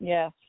Yes